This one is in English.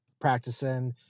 practicing